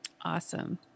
Awesome